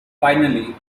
finally